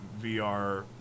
VR